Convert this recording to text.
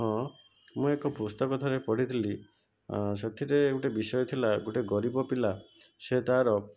ହଁ ମୁଁ ଏକ ପୁସ୍ତକ ଥରେ ପଢ଼ିଥିଲି ସେଥିରେ ଗୋଟିଏ ବିଷୟ ଥିଲା ଗୋଟିଏ ଗରିବ ପିଲା ସେ ତାର